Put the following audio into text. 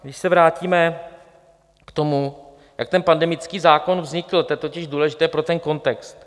Když se vrátíme k tomu, jak ten pandemický zákon vznikl, to je totiž důležité pro ten kontext.